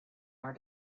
are